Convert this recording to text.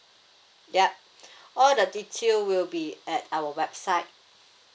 yup all the detail will be at our website